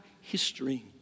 history